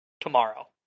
tomorrow